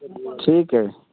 ठीक है